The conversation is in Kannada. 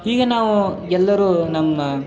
ಹೀಗೇ ನಾವು ಎಲ್ಲರೂ ನಮ್ಮ